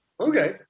okay